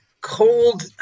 Cold